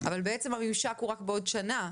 אבל בעצם הממשק הוא רק בעוד שנה.